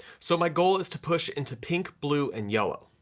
so my goal is to push into pink, blue and yellow,